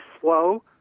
slow